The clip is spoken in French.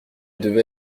devait